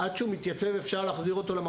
עד שהוא מתייצב וחוזר לעצמו.